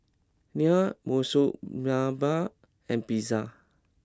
Naan Monsunabe and Pizza